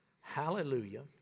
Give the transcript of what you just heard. Hallelujah